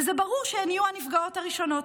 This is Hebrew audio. וזה ברור שהן יהיו הנפגעות הראשונות.